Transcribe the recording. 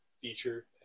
feature